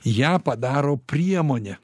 ją padaro priemone